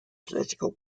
political